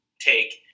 take